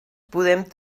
podem